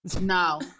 No